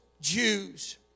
Jews